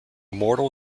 mortal